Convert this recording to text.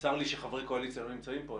צר לי שחברי קואליציה לא נמצאים פה.